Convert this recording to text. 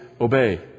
obey